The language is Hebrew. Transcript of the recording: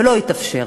ולא התאפשר.